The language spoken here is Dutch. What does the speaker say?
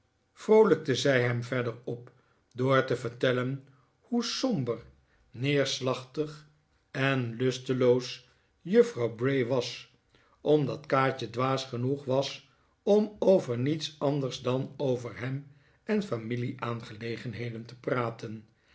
vroolijkte zij hem verder op door te vertellen hoe somber neerslachtig en lusteloos juffrouw bray was omdat kaatje dwaas genoeg was om over niets anders dan over hem en familie-aangelegenheden te praten